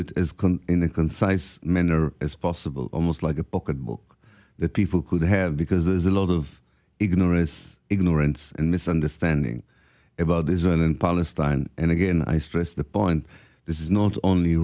it as in a concise manner as possible almost like a pocket book that people could have because there's a lot of ignorance ignorance and misunderstanding about israel and palestine and again i stress the point this is not only